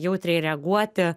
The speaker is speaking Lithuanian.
jautriai reaguoti